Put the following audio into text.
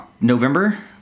November